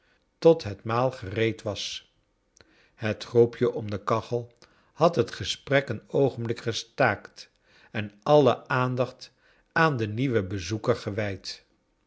tot het maal gereed was het groepje om de kachel had het gesprek een oogenbiik gestaakt en alle aandacht aan den nieuwen bezoeker gewijd